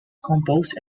composed